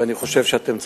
ואני חושב שאתם צודקים.